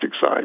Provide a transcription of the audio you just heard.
side